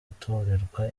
gutorerwa